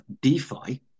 DeFi